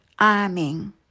Amen